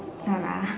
no lah